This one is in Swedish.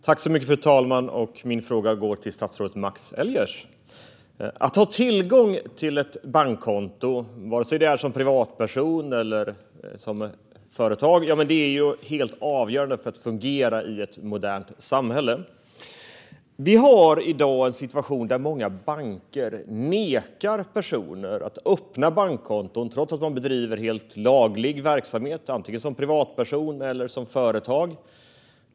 Fru talman! Min fråga går till statsrådet Max Elger. Att ha tillgång till ett bankkonto, vare sig som privatperson eller för ett företag, är helt avgörande för att fungera i ett modernt samhälle. I dag råder en situation där många banker nekar personer att öppna bankkonton trots att de bedriver helt laglig verksamhet antingen som privatperson eller som företag.